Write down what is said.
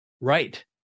Right